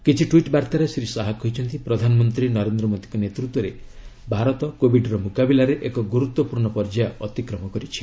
କିଛି ଟ୍ୱିଟ୍ ବାର୍ତ୍ତାରେ ଶ୍ରୀ ଶାହା କହିଛନ୍ତି ପ୍ରଧାନମନ୍ତ୍ରୀ ନରେନ୍ଦ୍ର ମୋଦୀଙ୍କ ନେତୃତ୍ୱରେ ଭାରତ କୋବିଡ୍ର ମୁକାବିଲାରେ ଏକ ଗୁରୁତ୍ୱପୂର୍ଣ୍ଣ ପର୍ଯ୍ୟାୟ ଅତିକ୍ରମ କରିଛି